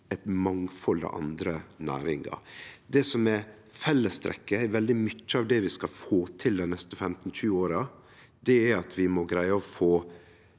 eit mangfald av andre næringar. Det som er fellestrekket i veldig mykje av det vi skal få til dei neste 15–20 åra, er at vi må greie å få